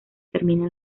termina